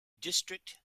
district